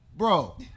Bro